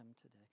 today